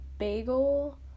bagel